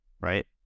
right